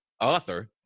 Author